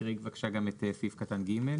תקראי בבקשה גם את סעיף קטן (ג).